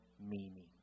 meaning